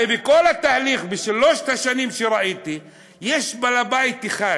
הרי בכל התהליך שראיתי בשלוש השנים יש בעל בית אחד,